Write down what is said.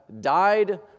died